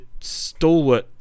stalwart